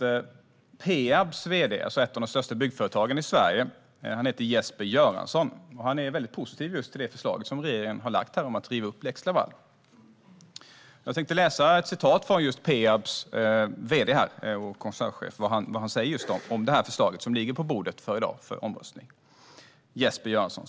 Jesper Göransson, vd i Peab - ett av de största byggföretagen i Sverige - är väldigt positiv till regeringens förslag om att riva upp lex Laval. Jag vill läsa upp ett citat om vad Peabs vd och koncernchef tycker om det förslag som ligger på bordet för omröstning i dag.